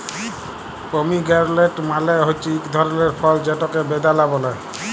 pomegranate মালে হছে ইক ধরলের ফল যেটকে বেদালা ব্যলে